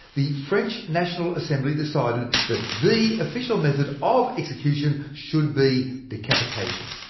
the french national assembly decided that the official method of execution should be decapitation.